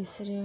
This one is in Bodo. बिसोरो